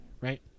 Right